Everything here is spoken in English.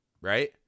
right